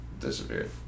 disappeared